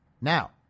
Now